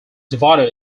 divided